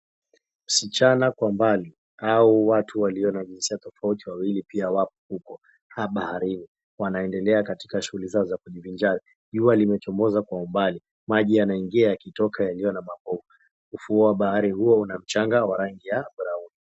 Msichana kwa mbali au watu walio na jinsia tofauti wawili pia wako huko baharini, wanaendelea katika shughuli zao za kujivinjari. Jua limechomoza kwa umbali. Maji yanaingia yakitoka yaliyo na mapovu. Ufuo wa bahari huo una mchanga wa rangi ya brown .